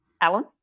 Alan